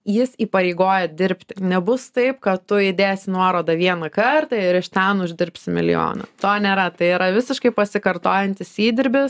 jis įpareigoja dirbti nebus taip kad tu įdėsi nuorodą vieną kartą ir iš ten uždirbsi milijoną to nėra tai yra visiškai pasikartojantis įdirbis